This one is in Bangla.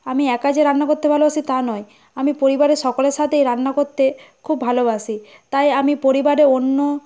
আমি একা যে রান্না করতে ভালোবাসি তা নয় আমি পরিবারের সকলের সাথেই রান্না করতে খুব ভালোবাসি তাই আমি পরিবারে অন্য